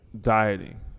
dieting